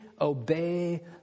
obey